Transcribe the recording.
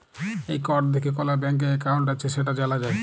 এই কড দ্যাইখে কল ব্যাংকে একাউল্ট আছে সেট জালা যায়